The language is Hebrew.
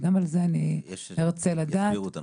ידוע לי שבשנת 2020 חברי חבר הכנסת עודד